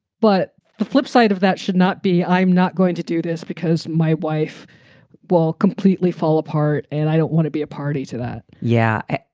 but the flip side of that should not be i'm not going to do this because my wife will completely fall apart and i don't want to be a party to that yeah,